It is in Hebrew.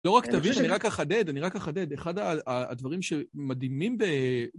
לא רק תביש, אני רק אחדד, אני רק אחדד, אחד הדברים שמדהימים ב...